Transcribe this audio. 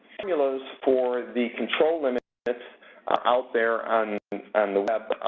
formulas for the control limits are out there on and the web,